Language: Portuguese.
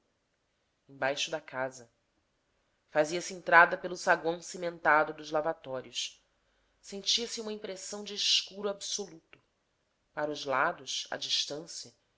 embaixo da casa fazia-se entrada pelo saguão cimentado dos lavatórios sentia-se uma impressão de escuro absoluto para os lados a distancia